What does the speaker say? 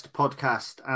podcast